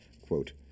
Quote